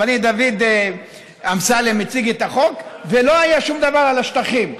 אבל דוד אמסלם הציג את החוק ולא היה שום דבר על השטחים.